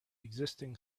existing